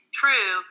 true